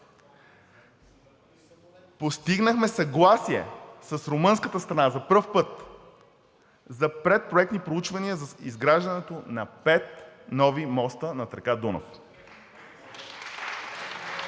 Постигнахме съгласие с румънската страна за първи път за предпроектни прочувания за изграждането на пет нови моста над река Дунав.